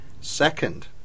Second